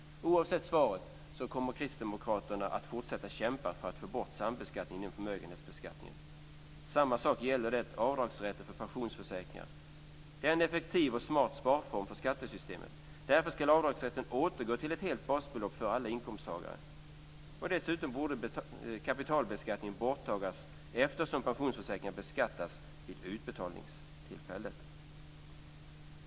Oavsett svaret kommer Kristdemokraterna att fortsätta kämpa för att få bort sambeskattningen inom förmögenhetsbeskattningen. Samma sak gäller avdragsrätten för pensionsförsäkringar. Det är en effektiv och smart sparform för skattesystemet. Därför ska avdragsrätten återgå till ett helt basbelopp för alla inkomsttagare. Dessutom borde kapitalbeskattningen tas bort, eftersom pensionsförsäkringar beskattas vid utbetalningstillfället.